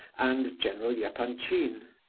and general yeah epanchin.